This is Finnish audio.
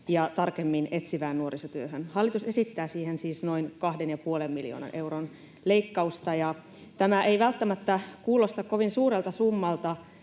ja tarkemmin etsivään nuorisotyöhön. Hallitus esittää siihen siis noin kahden ja puolen miljoonan euron leikkausta. Tämä ei välttämättä kuulosta kovin suurelta summalta,